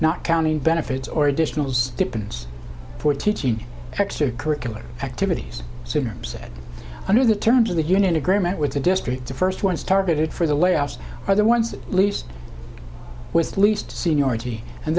not counting benefits or additional dependents for teaching extra curricular activities sooner said under the terms of the union agreement with the district the first ones targeted for the layoffs are the ones that least with least seniority and